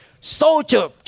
Soldier